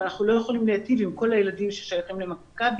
לא ראינו שינוי מאוד גדול בסך הכול.